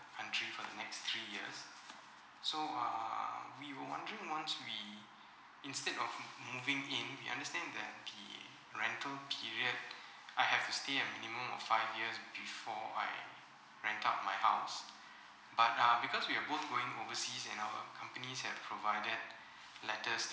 country for the next three years so err we were wondering once we instead of m~ moving in we understand that the rental period I have to stay a minimum of five years before I rent out my house but uh because we are both going overseas and our companies have provided letters